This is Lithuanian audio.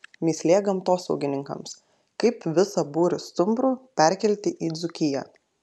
mįslė gamtosaugininkams kaip visą būrį stumbrų perkelti į dzūkiją